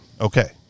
Okay